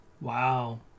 Wow